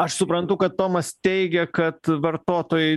aš suprantu kad tomas teigia kad vartotojai